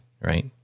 right